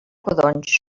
codonys